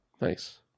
nice